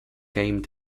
game